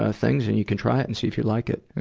ah things and you can try it and see if you like it.